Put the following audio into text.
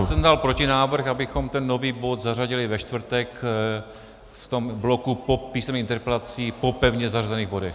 Já jsem dal protinávrh, abychom ten nový bod zařadili ve čtvrtek v bloku po písemných interpelacích po pevně zařazených bodech.